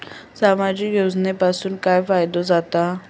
सामाजिक योजनांपासून काय फायदो जाता?